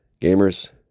gamers